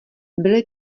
byly